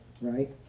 right